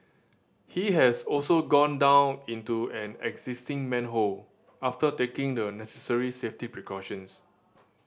he has also gone down into an existing manhole after taking the necessary safety precautions